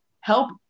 help